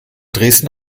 dresden